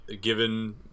given